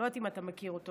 לא יודעת אם אתה מכיר אותו.